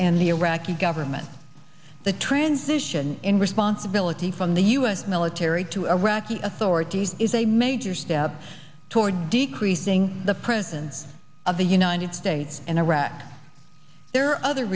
in the iraqi government the transition in responsibility from the u s military to iraqi authorities is a major step toward decreasing the presence of the united states in iraq there are other